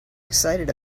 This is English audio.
excited